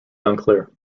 unclear